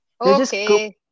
Okay